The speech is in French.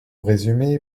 résumé